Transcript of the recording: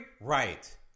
Right